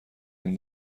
این